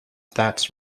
that